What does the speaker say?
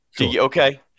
Okay